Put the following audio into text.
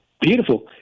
Beautiful